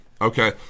okay